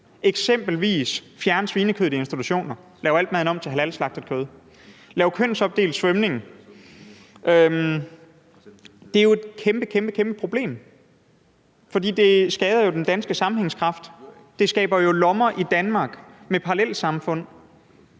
som at fjerne svinekød i institutioner, lave al maden om, så der kun er halalslagtet kød, og lave kønsopdelt svømning. Det er jo et kæmpestort problem, for det skader den danske sammenhængskraft. Det skaber lommer i Danmark med parallelsamfund.